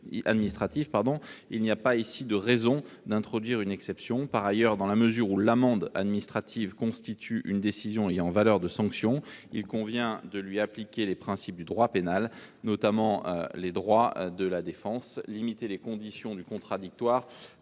Il n'y a pas ici de raison d'introduire une exception. Par ailleurs, dans la mesure où l'amende administrative constitue une décision ayant valeur de sanction, il convient de lui appliquer les principes du droit pénal, notamment en matière de droits de la défense. Dans ce contexte, limiter les conditions du contradictoire